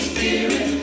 Spirit